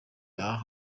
uba